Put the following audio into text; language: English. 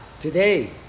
today